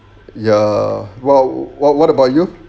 ya what what what about you